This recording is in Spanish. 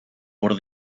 por